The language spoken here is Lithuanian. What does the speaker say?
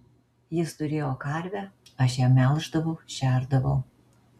jis turėjo karvę aš ją melždavau šerdavau